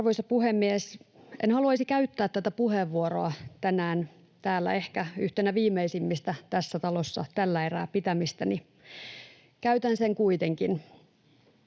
Arvoisa puhemies! En haluaisi käyttää tätä puheenvuoroa tänään täällä ehkä yhtenä viimeisimmistä tässä talossa tällä erää pitämistäni. Käytän sen kuitenkin,